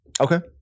Okay